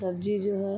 सब्जी जो है